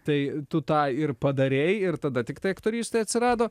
tai tu tą ir padarei ir tada tiktai aktorystė atsirado